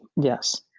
Yes